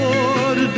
Lord